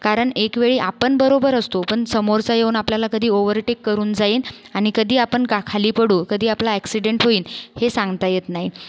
कारण एक वेळी आपण बरोबर असतो पण समोरचा येऊन आपल्याला कधी ओव्हरटेक करून जाईन आणि कधी आपण का खाली पडू कधी आपला एक्सीडेंट होईल हे सांगता येत नाही